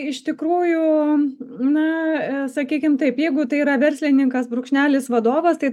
iš tikrųjų na sakykim taip jeigu tai yra verslininkas brūkšnelis vadovas tai